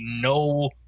no